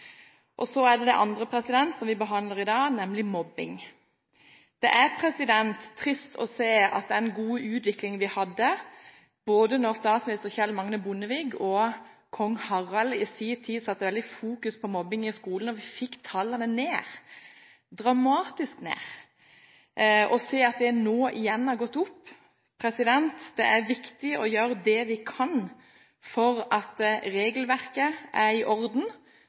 og så er det det andre som gjelder det vi behandler i dag, nemlig mobbing. Det er trist å se etter den gode utviklingen vi hadde både under statsminister Kjell Magne Bondevik og etter at Kong Harald i sin tid fokuserte på mobbing i skolen og vi fikk tallene ned, dramatisk ned, at tallene nå er gått opp igjen. Det er viktig å gjøre det vi kan for at regelverket er i orden,